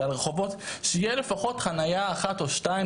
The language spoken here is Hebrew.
זה על רחובות שתהיה לפחות חניה אחת או שתיים,